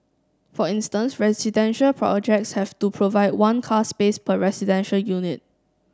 for instance residential projects have to provide one car space per residential unit